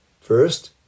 First